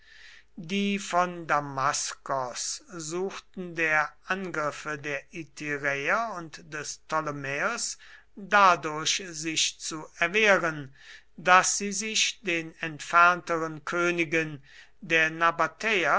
die von damaskos suchten der angriffe der ityräer und des ptolemaeos dadurch sich zu erwehren daß sie sich den entfernteren königen der